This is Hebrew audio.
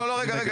לא, רגע.